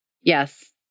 Yes